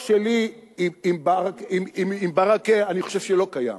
שלי עם ברכה, אני חושב שלא קיים.